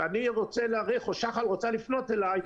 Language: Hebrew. ואני רוצה להאריך או שח"ל רוצה לפנות אליי,